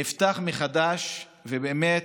נפתח מחדש, ובאמת,